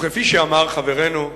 כפי שאמר חברנו,